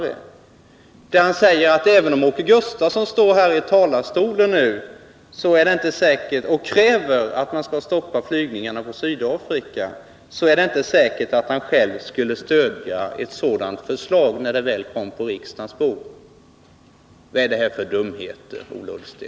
Han sade, att om Åke Gustavsson står här i talarstolen och kräver att flygningarna på Sydafrika skall stoppas, är det inte säkert att han själv skulle stödja ett sådant förslag när det väl kommer på riksdagens bord. Vad är det där för dumheter, Ola Ullsten?